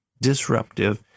disruptive